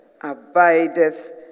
abideth